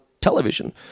television